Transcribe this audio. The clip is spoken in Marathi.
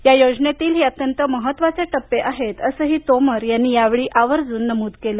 या योजनेतील हे अत्यंत महत्त्वाचे टप्पे आहेत असंही तोमर यांनी आवर्जून नमूद केलं